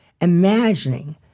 Imagining